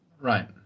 Right